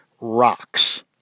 rocks